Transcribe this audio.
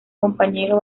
compañero